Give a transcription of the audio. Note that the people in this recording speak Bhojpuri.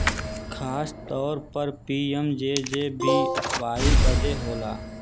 खासतौर पर पी.एम.जे.जे.बी.वाई बदे होला